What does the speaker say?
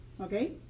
okay